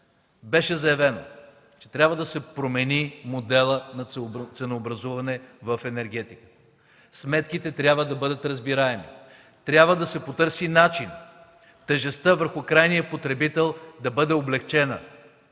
беше заявено, че трябва да се промени моделът на ценообразуване в енергетиката. Сметките трябва да бъдат разбираеми, трябва да се потърси начин тежестта върху крайния потребител да бъде облекчена,